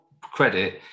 credit